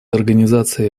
организацией